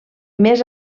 més